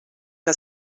que